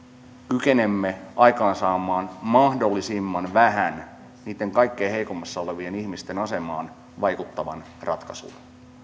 kykenemme aikaansaamaan mahdollisimman vähän niitten kaikkein heikoimmassa asemassa olevien ihmisten asemaan vaikuttavan ratkaisun